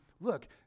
look